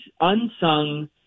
unsung